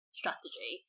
strategy